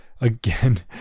Again